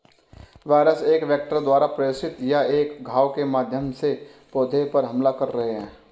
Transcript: virus एक vector द्वारा प्रेषित या एक घाव के माध्यम से पौधे पर हमला कर रहे हैं